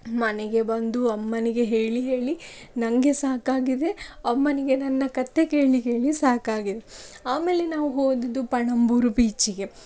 ಮನೆಗೆ ಬಂದು ಅಮ್ಮನಿಗೆ ಹೇಳಿ ಹೇಳಿ ನಂಗೆ ಸಾಕಾಗಿದೆ ಅಮ್ಮನಿಗೆ ನನ್ನ ಕತೆ ಕೇಳಿ ಕೇಳಿ ಸಾಕಾಗಿದೆ ಆಮೇಲೆ ನಾವು ಹೋದದ್ದು ಪಣಂಬೂರು ಬೀಚಿಗೆ